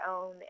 own